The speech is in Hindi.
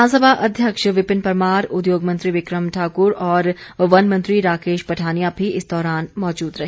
विधानसभा अध्यक्ष विपिन परमार उद्योग मंत्री बिक्रम ठाकुर और वन मंत्री राकेश पठानिया भी इस दौरान मौजूद रहे